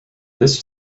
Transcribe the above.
this